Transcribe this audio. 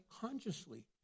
consciously